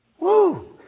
Woo